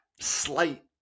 slight